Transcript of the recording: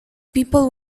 people